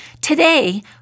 Today